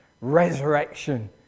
Resurrection